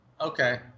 okay